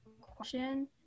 question